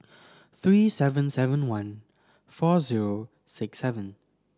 three seven seven one four zero six seven